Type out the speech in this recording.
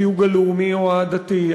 התיוג הלאומי או העדתי,